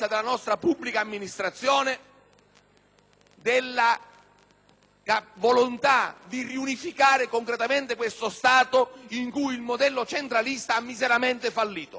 della volontà di riunificare concretamente questo Stato in cui il modello centralista ha miseramente fallito. Ma ricordate